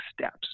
steps